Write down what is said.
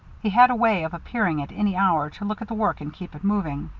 he had a way of appearing at any hour to look at the work and keep it moving.